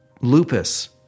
lupus